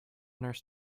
nurse